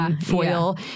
foil